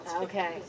Okay